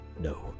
No